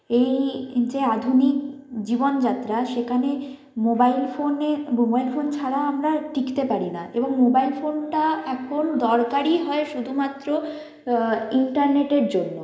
এই যে আধুনিক জীবনযাত্রা সেখানে মোবাইল ফোনে মোবাইল ফোন ছাড়া আমরা টিকতে পারি না এবং মোবাইল ফোনটা এখন দরকারই হয় শুধুমাত্র ইন্টারনেটের জন্য